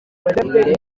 abaturage